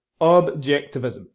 objectivism